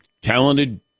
talented